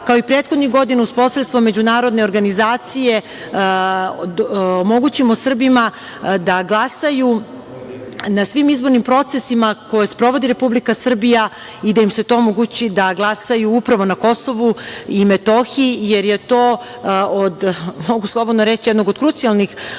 kao i prethodnih godina, uz posredstvo međunarodne organizacije, omogućimo Srbima da glasaju na svim izbornim procesima koje sprovodi Republika Srbija i da im se to omogući da glasaju upravo na KiM, jer je to, mogu slobodno reći, jedan od krucijalnih